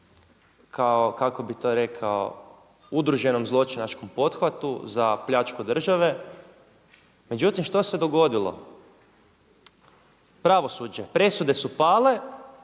kao kako bi to rekao udruženom zločinačkom pothvatu za pljačku države. Međutim što se dogodilo? Pravosuđe, presude su pale,